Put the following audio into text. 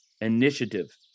initiative